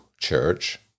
church